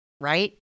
right